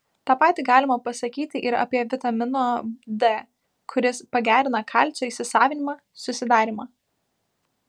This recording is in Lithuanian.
tą patį galima pasakyti ir apie vitamino d kuris pagerina kalcio įsisavinimą susidarymą